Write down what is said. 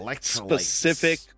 specific